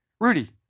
Rudy